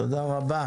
תודה רבה.